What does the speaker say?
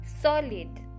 solid